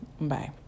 Bye